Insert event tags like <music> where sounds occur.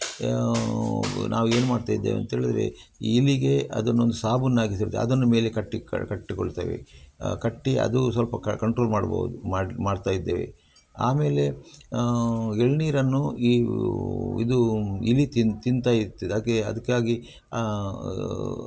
ನಾವು ಏನ್ಮಾಡ್ತಾಯಿದ್ದೇವೆ ಅಂಥೇಳಿದ್ರೆ ಇಲಿಗೆ ಅದನ್ನೊಂದು ಸಾಬೂನು <unintelligible> ಅದನ್ನು ಮೇಲೆ ಕಟ್ಟಿ ಕಟ್ಟಿಕೊಳ್ತೇವೆ ಕಟ್ಟಿ ಅದು ಸ್ವಲ್ಪ ಕಂಟ್ರೋಲ್ ಮಾಡ್ಬೋದು ಮಾಡಿ ಮಾಡ್ತಾಯಿದ್ದೇವೆ ಆಮೇಲೆ ಎಳನೀರನ್ನು ಈ ಇದು ಇಲಿ ತಿನ್ ತಿಂತಾಯಿರ್ತದೆ ಅದಕ್ಕೆ ಅದಕ್ಕಾಗಿ